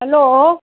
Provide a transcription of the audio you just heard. hello